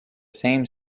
same